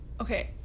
okay